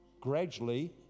gradually